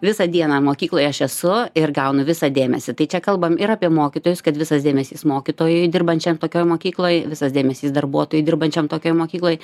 visą dieną mokykloj aš esu ir gaunu visą dėmesį tai čia kalbam ir apie mokytojus kad visas dėmesys mokytojui dirbančiam tokioj mokykloj visas dėmesys darbuotojui dirbančiam tokioj mokykloj